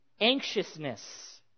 anxiousness